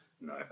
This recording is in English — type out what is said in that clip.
no